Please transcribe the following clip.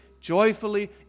Joyfully